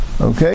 Okay